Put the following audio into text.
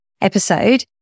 episode